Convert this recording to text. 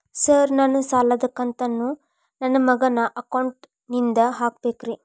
Sir ನನ್ನ ಸಾಲದ ಕಂತನ್ನು ನನ್ನ ಮಗನ ಅಕೌಂಟ್ ನಿಂದ ಹಾಕಬೇಕ್ರಿ?